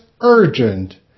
urgent